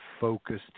focused